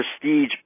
prestige